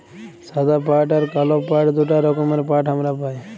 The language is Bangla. সাদা পাট আর কাল পাট দুটা রকমের পাট হামরা পাই